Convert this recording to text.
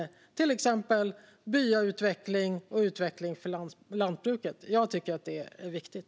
Det kan handla om byautveckling och utveckling för lantbruket. Jag tycker att det är viktigt.